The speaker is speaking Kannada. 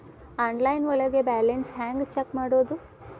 ಆನ್ಲೈನ್ ಒಳಗೆ ಬ್ಯಾಲೆನ್ಸ್ ಹ್ಯಾಂಗ ಚೆಕ್ ಮಾಡೋದು?